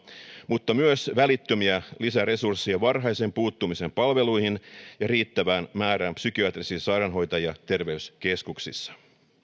mutta myös välittömiä lisäresursseja varhaisen puuttumisen palveluihin ja riittävään määrään psykiatrisia sairaanhoitajia terveyskeskuksissa